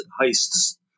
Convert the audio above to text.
heists